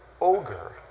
ogre